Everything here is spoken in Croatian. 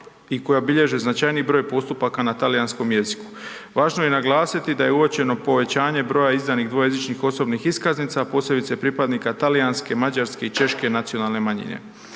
i koja bilježi značajni broj postupaka na talijanskom jeziku. Važno je naglasiti da je uočeno povećanje broja izdanih dvojezičnih osobnih iskaznica posebice pripadnika talijanske, mađarske i češke nacionalne manjine.